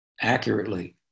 accurately